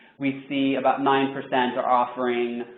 we see about nine percent are offering